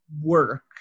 Work